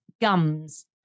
gums